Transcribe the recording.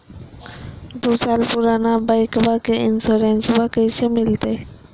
दू साल पुराना बाइकबा के इंसोरेंसबा कैसे मिलते?